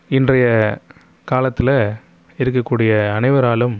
இன்றைய காலத்தில் இருக்கக்கூடிய அனைவராலும்